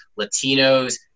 Latinos